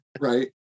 Right